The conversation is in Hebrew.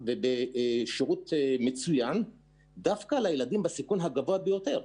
ובשירות מצוין דווקא לילדים בסיכון הגבוה ביותר.